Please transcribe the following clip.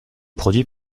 produit